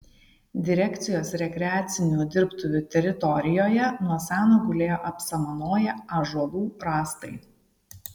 direkcijos rekreacinių dirbtuvių teritorijoje nuo seno gulėjo apsamanoję ąžuolų rąstai